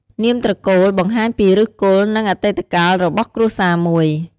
នាមត្រកូលបង្ហាញពីឫសគល់ និង អតីតកាលរបស់គ្រួសារមួយ។